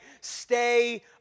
stay